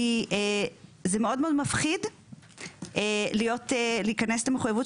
כי זה מאוד מאוד מפחיד להיכנס למחויבות